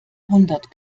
hundert